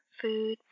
food